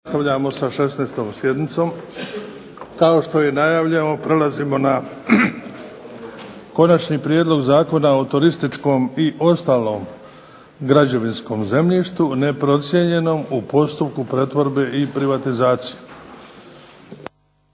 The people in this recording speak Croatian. Nastavljamo sa 16. sjednicom. Kao što je najavljeno prelazimo na –- Konačni prijedlog Zakona o turističkom i ostalom građevinskom zemljištu neprocijenjenom u postupku pretvorbe i privatizacije,